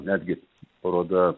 netgi paroda